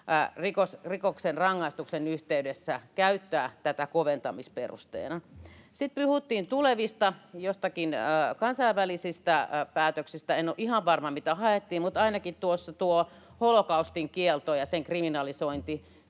rikoksen rangaistuksen yhteydessä käyttää tätä koventamisperusteena. Sitten puhuttiin joistakin tulevista kansainvälisistä päätöksistä. En ole ihan varma, mitä haettiin, mutta ainakin on tuo holokaustin kielto ja sen kriminalisointi.